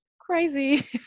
crazy